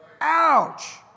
Ouch